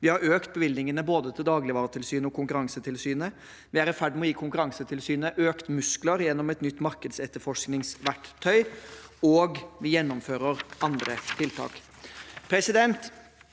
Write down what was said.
Vi har økt bevilgningene til både Dagligvaretilsynet og Konkurransetilsynet. Vi er i ferd med å gi Konkurransetilsynet økte muskler gjennom et nytt markedsetterforskningsverktøy. Og vi gjennomfører andre tiltak.